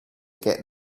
get